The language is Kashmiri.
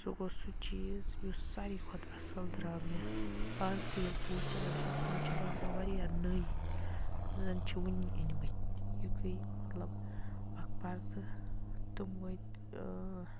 سُہ گوٚو سُہ چیٖز یُس ساروی کھۄتہٕ اصل درٛاو مےٚ آز تہِ ییٚلہِ بہٕ وٕچھان چھَس تم چھِ باسان واریاہ نٔے زَن چھِ وٕنی أنۍ مٕتۍ یِتھُے مَطلَب اکھ پَردٕ تم وٲتۍ